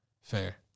fair